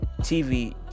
tv